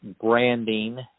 branding